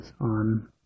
on